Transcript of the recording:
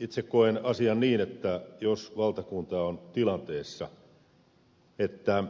itse koen asian niin että jos valtakunta on tilanteessa että